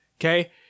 okay